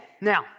now